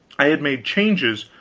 i had made changes,